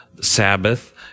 Sabbath